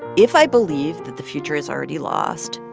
if i believe that the future is already lost,